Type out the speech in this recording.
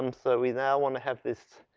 um so we now want to have this,